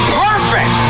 perfect